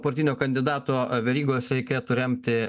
partinio kandidato verygos reikėtų remti